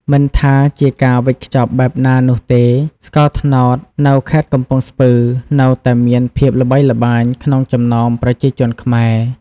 មិនថាជាការវេចខ្ចប់បែបណានោះទេ ស្ករត្នោតនៅខេត្តកំពង់ស្ពឺនៅតែមានភាពល្បីល្បាញក្នុងចំណោមប្រជាជនខ្មែរ។